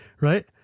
Right